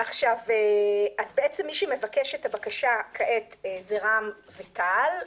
מי שמבקש את הבקשה כעת זה רע"מ ותע"ל,